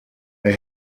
they